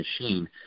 machine